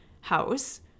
house